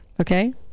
okay